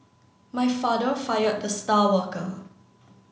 my father fired the star worker